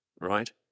right